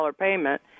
payment